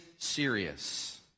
serious